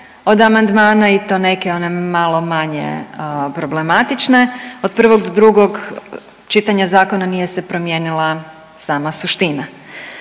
od amandmana i to neke one malo manje problematične od prvog do drugog čitanja zakona nije se promijenila sama suština.